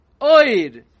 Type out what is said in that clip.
Oid